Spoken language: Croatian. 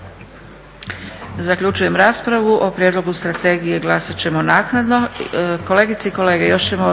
Zaključujem raspravu. O prijedlogu strategije glasat ćemo naknadno. **Leko, Josip